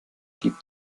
gibt